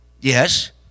Yes